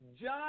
John